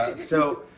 so,